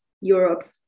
Europe